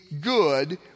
good